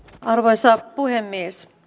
arvoisa puhemies